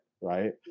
right